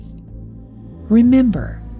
remember